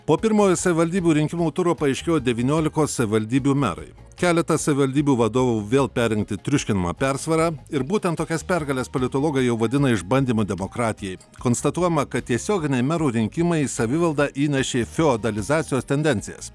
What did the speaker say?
po pirmojo savivaldybių rinkimų turo paaiškėjo devyniolikos savivaldybių merai keletas savivaldybių vadovų vėl perrinkti triuškinama persvara ir būtent tokias pergales politologai jau vadina išbandymu demokratijai konstatuojama kad tiesioginiai merų rinkimai į savivaldą įnešė feodalizacijos tendencijas